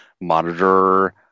monitor